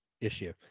issue